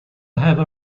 have